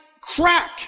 crack